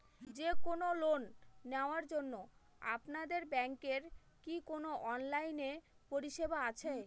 যে কোন লোন নেওয়ার জন্য আপনাদের ব্যাঙ্কের কি কোন অনলাইনে পরিষেবা আছে?